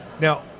now